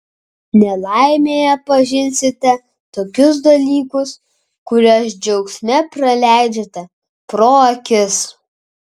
nelaimėje pažinsite tokius dalykus kuriuos džiaugsme praleidžiate pro akis